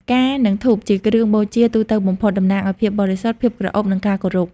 ផ្កា និងធូប ជាគ្រឿងបូជាទូទៅបំផុត តំណាងឱ្យភាពបរិសុទ្ធ ភាពក្រអូប និងការគោរព។